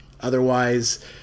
Otherwise